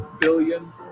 billion